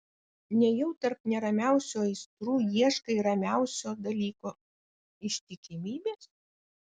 nejau tarp neramiausių aistrų ieškai ramiausio dalyko ištikimybės